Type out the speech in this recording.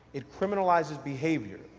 it criminal sizes behavior,